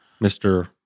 Mr